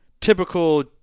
typical